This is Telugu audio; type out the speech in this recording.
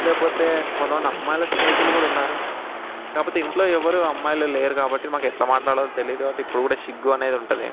లేకపోతే కొంత మంది అమ్మాయిలు స్నేహితులు కూడా ఉన్నారు కాకపోతే ఇంట్లో ఎవ్వరు అమ్మాయిలు లేరు కాబట్టి మాకు ఎట్లా మాట్లాడాలో తెలియదు కాబట్టి ఇప్పుడు కూడా సిగ్గు అనేది ఉంటుంది